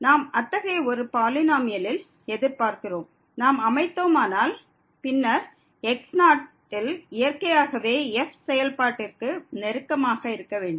நாம் அத்தகைய ஒரு பாலினோமியலில் எதிர்பார்க்கிறோம் நாம் அதை அமைத்தோமானால் பின்னர் x0 இல் இயற்கையாகவே f செயல்பாட்டிற்கு நெருக்கமாக இருக்க வேண்டும்